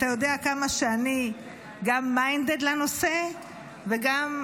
ואתה יודע כמה שאני גם minded לנושא וגם,